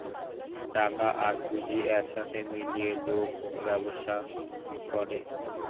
টাকা আর পুঁজি এক সাথে মিলিয়ে লোক ব্যবসা করে